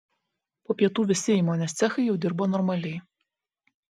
po pietų visi įmonės cechai jau dirbo normaliai